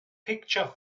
pictures